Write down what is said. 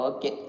Okay